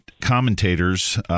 commentators